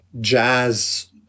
jazz